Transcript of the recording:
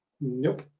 nope